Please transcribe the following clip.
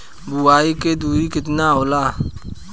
बुआई के दूरी केतना होला?